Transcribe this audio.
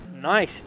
nice